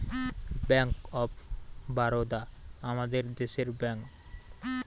bank of Baroda আমাদের দেশের bank